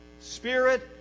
spirit